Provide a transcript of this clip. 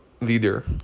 leader